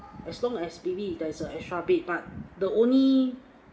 as long as baby there is a extra bed but the only